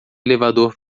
elevador